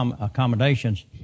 accommodations